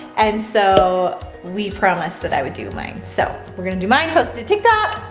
and so we promised that i will do mine. so, we gonna do mine, post to tiktok.